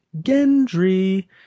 Gendry